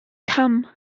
cam